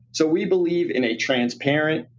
so we believe in a transparent,